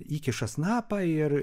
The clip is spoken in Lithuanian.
įkiša snapą ir